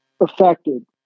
affected